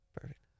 Perfect